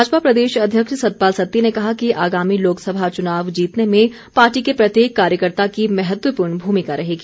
भाजपा प्रदेश अध्यक्ष सतपाल सत्ती ने कहा कि आगामी लोकसभा चुनाव जीतने में पार्टी के प्रत्येक कार्यकर्ता की महत्वपूर्ण भूमिका रहेगी